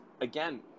again